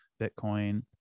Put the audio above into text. Bitcoin